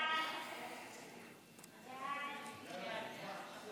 חוק הפחתת הגירעון והגבלת